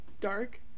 dark